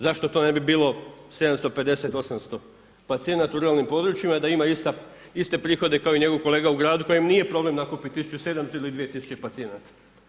Zašto to ne bi bilo 750-800 pacijenata u ruralnim područjima da ima iste prihode kao i njegov kolega u gradu kojem nije problem nakupiti 1700 ili 2000 pacijenata.